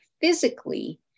physically